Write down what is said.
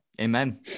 Amen